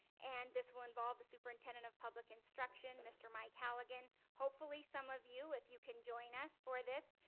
and this will involve the superintendent of public instruction, mr. mike halligan. hopefully some of you, if you can join us for this.